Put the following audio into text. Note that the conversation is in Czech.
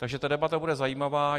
Takže ta debata bude zajímavá.